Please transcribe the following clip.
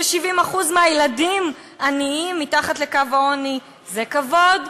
כש-70% מהילדים עניים מתחת לקו העוני, זה כבוד.